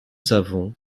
savons